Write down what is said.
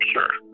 Sure